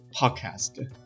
podcast